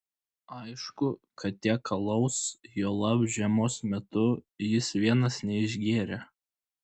aišku kad tiek alaus juolab žiemos metu jis vienas neišgėrė